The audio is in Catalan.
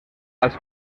als